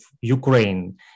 Ukraine